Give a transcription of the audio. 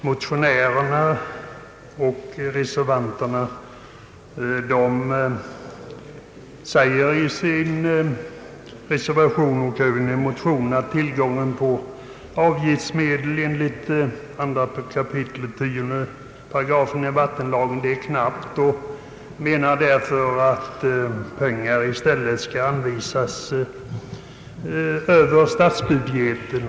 Motionärerna och reservanterna säger att tillgången på avgiftsmedel enligt 2 kap. 10 § vattenlagen är knapp, och de menar att pengar skall anvisas över statsbudgeten.